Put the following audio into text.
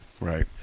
Right